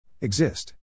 Exist